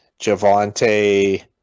Javante